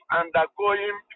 undergoing